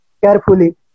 carefully